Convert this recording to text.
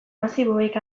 masiboek